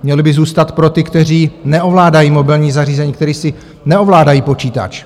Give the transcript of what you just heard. Měly by zůstat pro ty, kteří neovládají mobilní zařízení, kteří neovládají počítač.